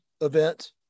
event